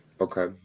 Okay